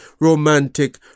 romantic